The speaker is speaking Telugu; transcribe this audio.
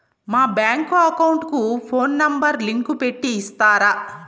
మా బ్యాంకు అకౌంట్ కు ఫోను నెంబర్ లింకు పెట్టి ఇస్తారా?